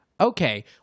okay